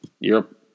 Europe